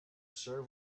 served